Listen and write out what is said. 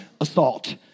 assault